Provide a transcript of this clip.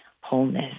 wholeness